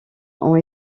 ont